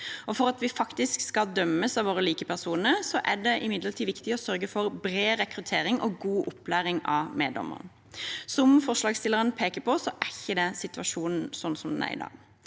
For at vi faktisk skal dømmes av våre likepersoner, er det imidlertid viktig å sørge for bred rekruttering og god opplæring av meddommere. Som forslagsstillerne peker på, er ikke det situasjonen i dag.